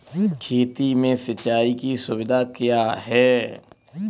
खेती में सिंचाई की सुविधा क्या है?